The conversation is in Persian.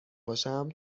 باشم